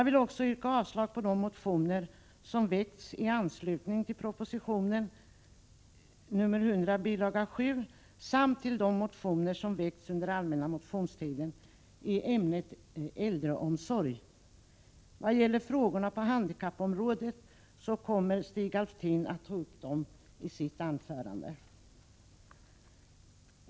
Vidare yrkar jag avslag på de motioner som väckts i anslutning till proposition 1984/85:100 bil. 7 samt på de motioner som väckts under allmänna motionstiden i ämnet äldreomsorg. Frågorna på handikappområdet kommer Stig Alftin att ta upp i sitt anförande.